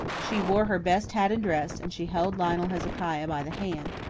she wore her best hat and dress, and she held lionel hezekiah by the hand.